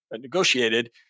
negotiated